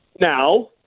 Now